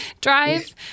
drive